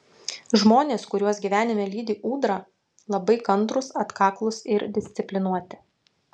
žmonės kuriuos gyvenime lydi ūdra labai kantrūs atkaklūs ir disciplinuoti